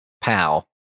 pal